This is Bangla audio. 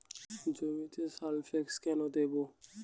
জমিতে সালফেক্স কেন দেবো?